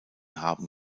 haben